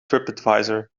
tripadvisor